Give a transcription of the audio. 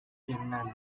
vietnam